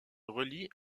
relie